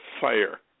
Fire